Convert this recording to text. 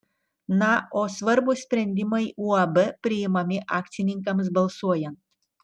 na o svarbūs sprendimai uab priimami akcininkams balsuojant